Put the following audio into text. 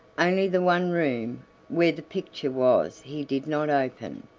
only the one room where the picture was he did not open.